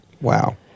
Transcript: Wow